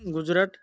Gujarat